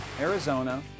Arizona